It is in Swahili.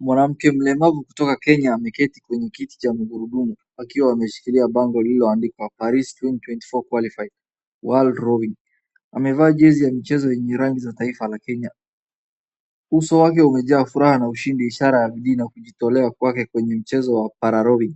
Mwanamke mlemavu kutoka Kenya ameketi kwenye kiti cha magurudumu akiwa ameshikilia bango lililoandikwa Paris 2024 Qualified World Rowing. Amevaa jezi ya michezo yenye rangi za taifa ya Kenya, uso wake umejaa furaha na ushindi, ishara ya bidii na kujitolea kwake kwenye michezo ya para rowing.